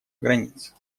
границ